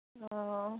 অঁ